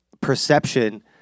perception